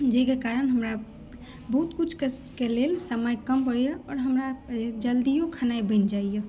जाहिके कारण हमरा बहुत किछुके लेल हमरा समय कम पड़ैया आ हमरा जल्दियो खेनाइ बनि जाइयऽ